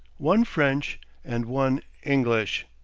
one french and one english.